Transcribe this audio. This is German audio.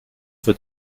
wird